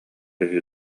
үһү